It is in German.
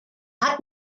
hat